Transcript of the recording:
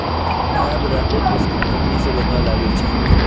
नया ब्रांडेर बिस्कुट कंगनी स बनवा लागिल छ